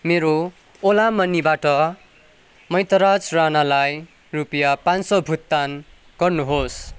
मेरो ओलामनीबाट मैतराज राणालाई रुपियाँ पाँन सय भुक्तान गर्नुहोस्